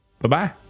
Bye-bye